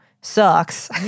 sucks